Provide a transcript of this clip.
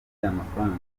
y’amafaranga